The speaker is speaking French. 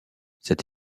cette